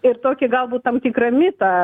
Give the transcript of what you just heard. ir tokį galbūt tam tikrą mitą